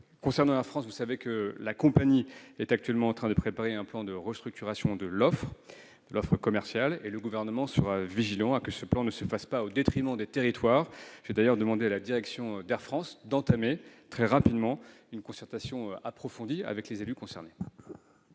S'agissant d'Air France, vous savez que la compagnie prépare actuellement un plan de restructuration de son offre commerciale, et le Gouvernement sera vigilant à qu'il ne se fasse pas au détriment des territoires. J'ai d'ailleurs demandé à la direction d'Air France d'entamer très rapidement une concertation approfondie avec les élus concernés.